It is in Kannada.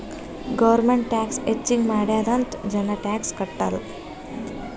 ಗೌರ್ಮೆಂಟ್ ಟ್ಯಾಕ್ಸ್ ಹೆಚ್ಚಿಗ್ ಮಾಡ್ಯಾದ್ ಅಂತ್ ಜನ ಟ್ಯಾಕ್ಸ್ ಕಟ್ಟಲ್